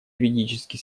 юридически